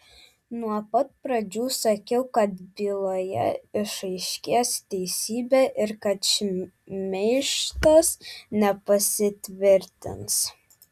nuo pat pradžių sakiau kad byloje išaiškės teisybė ir kad šmeižtas nepasitvirtins